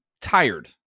tired